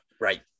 Right